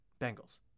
Bengals